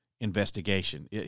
investigation